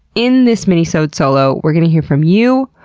in this minisode solo, we're going to hear from you.